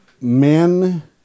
men